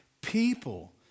people